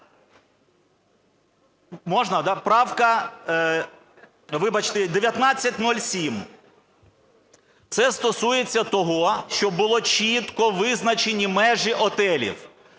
Можна, да? Правка... Вибачте, 1907. Це стосується того, щоб були чітко визначені межі готелів.